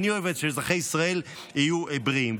אני אוהב שאזרחי ישראל יהיו בריאים.